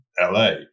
LA